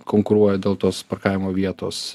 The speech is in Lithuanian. konkuruoja dėl tos parkavimo vietos